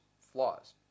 flaws